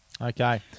Okay